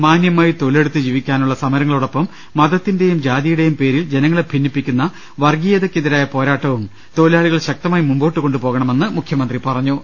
മാന്യമായി തൊഴിലെടുത്ത് ജീവിക്കാനുള്ള സമരങ്ങളോ ടൊപ്പം മതത്തിന്റെയും ജാതിയുടെയും പേരിൽ ജനങ്ങളെ ഭിന്നിപ്പിക്കുന്ന വർഗീത യക്കെതിരായ പോരാട്ടവും തൊഴിലാളികൾ ശക്തിയായി മുമ്പോട്ടുകൊണ്ടുപോക ണമെന്ന് മുഖ്യമന്ത്രി പറഞ്ഞു